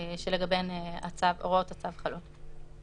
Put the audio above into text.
שלגביהן הוראות הצו חלות.